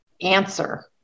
answer